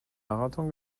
marathon